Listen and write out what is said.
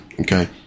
okay